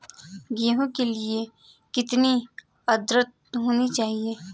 गेहूँ के लिए कितनी आद्रता होनी चाहिए?